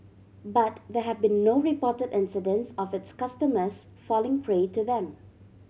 but there have been no reported incidents of its customers falling prey to them